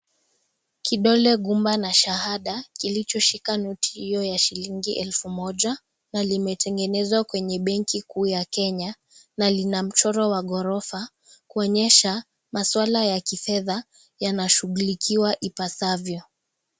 Kidole gumba na shahada kilichoshika noti hio ya elfu moja, na limetengenezwa kwenye benki kuu ya Kenya, na lina mchoro wa ghorofa kuonyesha maswala ya kifedha yanashughulikiwa ipasavyo.